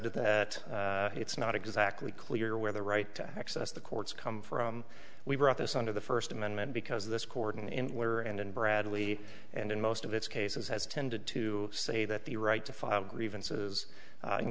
said that it's not exactly clear where the right to access the courts come from we brought this under the first amendment because this court in were and in bradley and in most of its cases has tended to say that the right to file grievances